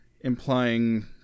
implying